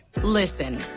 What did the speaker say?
Listen